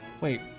Wait